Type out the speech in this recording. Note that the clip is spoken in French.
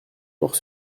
port